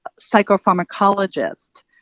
psychopharmacologist